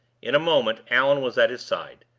in a moment allan was at his side.